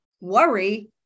worry